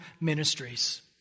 Ministries